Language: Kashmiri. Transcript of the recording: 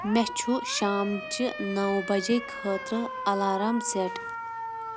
مےٚ چھُ شامچہِ نَو بجے خٲطرٕ اَلارام سٮ۪ٹ